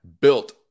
Built